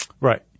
Right